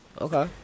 Okay